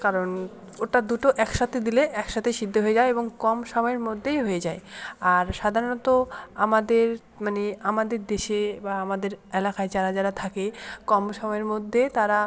কারণ ওটা দুটো একসাথে দিলে একসাথেই সিদ্ধ হয়ে যায় এবং কম সময়ের মধ্যেই হয়ে যায় আর সাধারণত আমাদের মানে আমাদের দেশে বা আমাদের এলাকায় যারা যারা থাকে কম সময়ের মধ্যে তারা